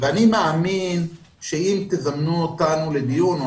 אני מאמין שאם תזמנו אותנו לדיון או